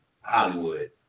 Hollywood